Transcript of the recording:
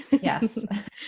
Yes